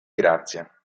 grazia